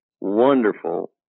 wonderful